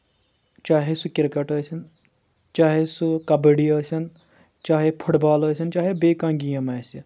چاہے سُہ کرکٹ ٲسِن چاہے سُہ کبڈی ٲسِن چاہے سُہ فُٹ بال ٲسِن چاہے بیٚیہِ کانٛہہ گیم آسہِ